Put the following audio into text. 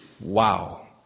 Wow